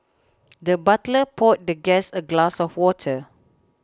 the butler poured the guest a glass of water